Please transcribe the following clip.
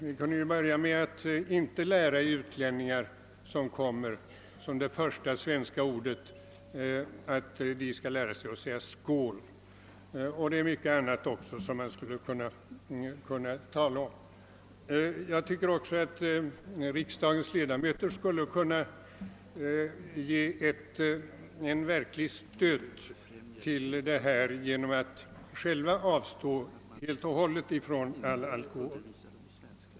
Vi kunde ju börja med att inte lära utlänningar som kommer hit att som första svenska ord säga »skål». Det är också mycket annat som man skulle kunna tala om. Riksdagens ledamöter skulle kunna ge ett verkligt stöd genom att själva helt och hållet avstå från alkohol.